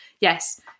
Yes